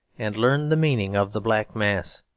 and learn the meaning of the black mass.